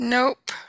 Nope